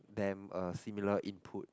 them a similar input